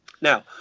now